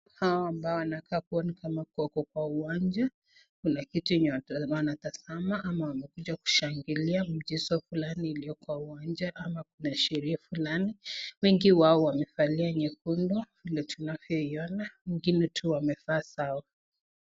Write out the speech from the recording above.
Hao ambao wanakaa kuonekana kama kwako kwa uwanja, kuna kitu yenye wanatazama ama wamekuja kushangilia mchezo fulani iliyoko uwanja ama kuna sherehe fulani. Wengi wao wamevalia nyekundu vile tunavyoiona, wengine tu wamevaa sawa.